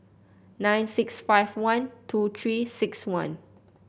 nine six five one two Three six one